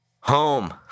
Home